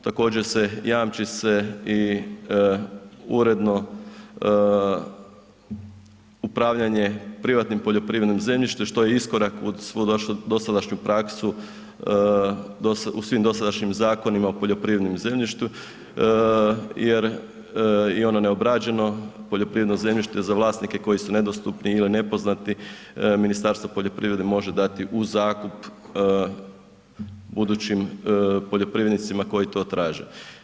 Također jamči se i uredno upravljanje privatnim poljoprivrednim zemljištem što je iskorak uz svu dosadašnju praksu, u svim dosadašnjim zakonima o poljoprivrednom zemljištu jer je ono neobrađeno poljoprivredno zemljište za vlasnike koji su nedostupni ili nepoznati, Ministarstvo poljoprivrede može dati u zakup budućim poljoprivrednicima koji to traže.